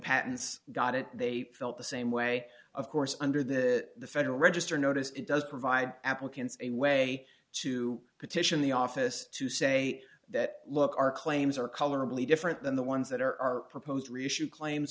patents got it they felt the same way of course under the federal register notice it does provide applicants a way to petition the office to say that look our claims are colorable a different than the ones that are proposed reissue claims